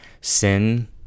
Sin